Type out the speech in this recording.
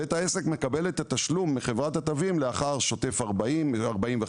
בית העסק מקבל את התשלום מחברת התווים לאחר שוטף + 40,